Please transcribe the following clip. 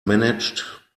managed